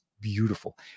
beautiful